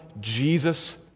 Jesus